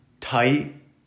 tight